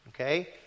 Okay